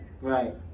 Right